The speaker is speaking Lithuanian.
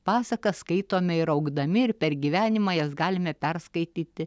pasakas skaitome ir augdami ir per gyvenimą jas galime perskaityti